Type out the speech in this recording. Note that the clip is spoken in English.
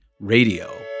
Radio